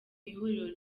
ihuriro